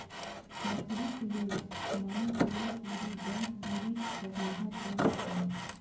लकड़ीक लेल मानव पूरा पूरी गाछ बिरिछ पर निर्भर रहैत अछि